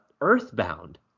Earthbound